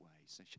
ways